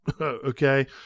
okay